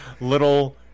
little